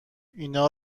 اینا